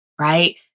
Right